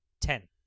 Ten